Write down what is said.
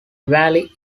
valley